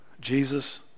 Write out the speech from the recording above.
Jesus